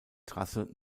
trasse